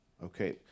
okay